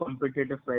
competitive